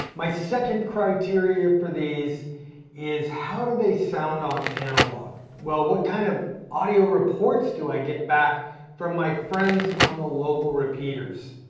my second criteria for these is how do they sound on analog? well, what kind of audio reports do i get back from my friends on the local repeaters?